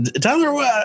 Tyler